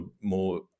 more